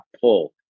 pull